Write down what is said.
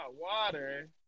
water